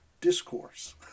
discourse